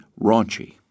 raunchy